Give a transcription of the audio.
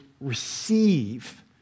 receive